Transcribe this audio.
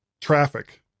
traffic